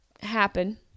happen